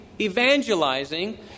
evangelizing